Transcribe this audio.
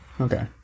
Okay